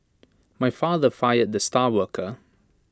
my father fired the star worker